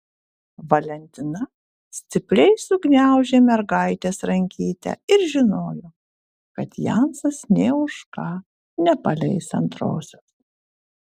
valentina stipriai sugniaužė mergaitės rankytę ir žinojo kad jensas nė už ką nepaleis antrosios